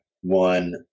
one